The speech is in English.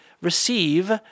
receive